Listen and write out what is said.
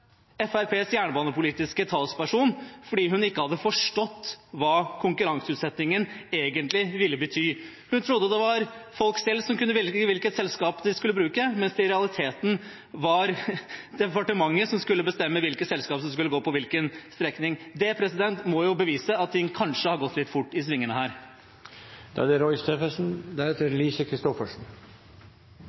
Fremskrittspartiets jernbanepolitiske talsperson fordi hun ikke hadde forstått hva konkurranseutsettingen egentlig ville bety. Hun trodde det var folk selv som kunne velge hvilket selskap de skulle bruke, mens det i realiteten var departementet som skulle bestemme hvilket selskap som skulle gå på hvilken strekning. Det må jo bevise at det kanskje har gått litt fort i svingene